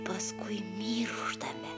paskui mirštame